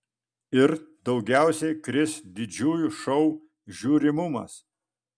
ir daugiausiai kris didžiųjų šou žiūrimumas